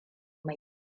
mai